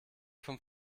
vom